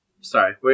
Sorry